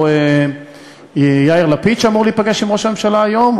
או יאיר לפיד שאמור להיפגש עם ראש הממשלה היום,